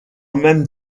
même